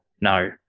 No